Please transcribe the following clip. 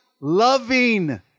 loving